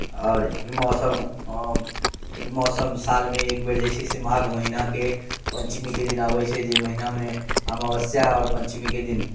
आओर ई मौसम ई मौसम सालमे एक बेर जे छै से माघ महीनाके पञ्चमीके दिन अबैत छै जे महीनामे अमावस्या आओर पञ्चमीके दिन